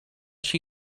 she